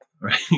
right